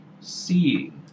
seeing